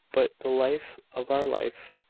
but the life of our life.